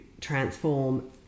transform